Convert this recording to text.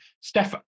Stefan